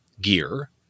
gear